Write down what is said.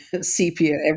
sepia